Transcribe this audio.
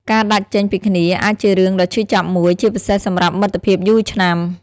ការដាច់ចេញពីគ្នាអាចជារឿងដ៏ឈឺចាប់មួយ ជាពិសេសសម្រាប់មិត្តភាពយូរឆ្នាំ។